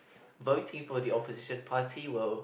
voting for the opposition party will